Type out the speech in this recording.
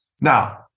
Now